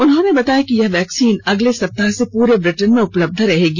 उन्होंने बताया कि यह वैक्सीन अगले सप्ताह से पूरे ब्रिटेन में उपलब्ध होगी